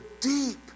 deep